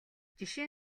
жишээ